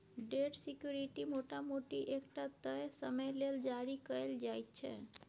date security मोटा मोटी एकटा तय समय लेल जारी कएल जाइत छै